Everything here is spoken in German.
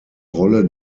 rolle